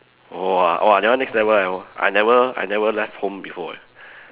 !whoa! !wah! that one next level leh I never I never left home before leh